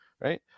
Right